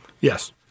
Yes